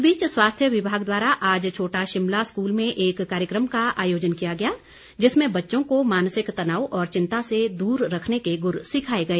इस बीच स्वास्थ्य विभाग द्वारा आज छोटा शिमला स्कूल में एक कार्यक्रम का आयोजन किया गया जिसमें बच्चों को मानसिक तनाव और चिंता से दूर रखने के गुर सिखाए गए